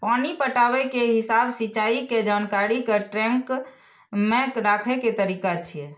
पानि पटाबै के हिसाब सिंचाइ के जानकारी कें ट्रैक मे राखै के तरीका छियै